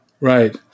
right